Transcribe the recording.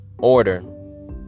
order